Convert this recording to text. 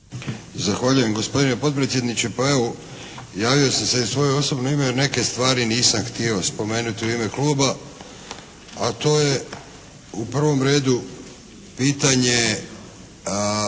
Zahvaljujem gospodine potpredsjedniče. Pa evo javio sam se i u svoje osobno ime jer neke stvari nisam htio spomenuti u ime kluba, a to je u prvom redu pitanje